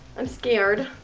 i'm scared.